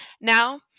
now